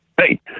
Hey